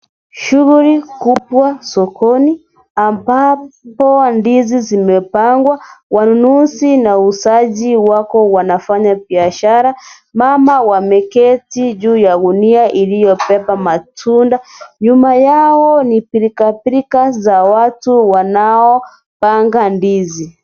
Shughuli kubwa sokoni ambao ndizi zimepangwa, wanunuzi na wauzaji wako wanafanya biashara, mama wameketi juu ya gunia iliyobeba matunda nyuma yao ni pilkapilka a watu wanaopanga ndizi.